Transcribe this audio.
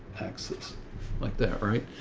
excellent like that. right?